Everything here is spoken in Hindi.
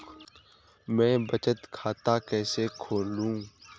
मैं बचत खाता कैसे खोलूँ?